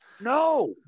No